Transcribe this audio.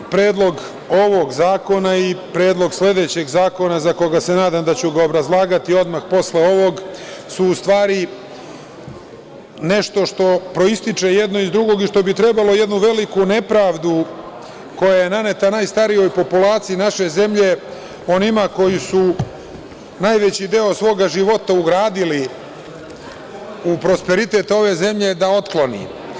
Predlog ovog zakona i predlog sledećeg zakona, nadam se da ću ga obrazlagati odmah posle ovog, su u stvari nešto što proističe jedno iz drugog i što bi trebalo jednu veliku nepravdu, koja je naneta najstarijoj populaciji naše zemlje, onima koji su najveći deo svoga života ugradili u prosperitet ove zemlje, da otkloni.